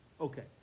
Okay